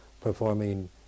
performing